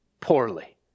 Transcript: poorly